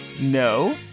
No